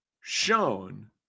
shown